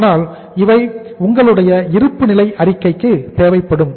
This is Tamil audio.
ஆனால் இவை உங்களுடைய இருப்பு நிலை அறிக்கைக்கு தேவைப்படும்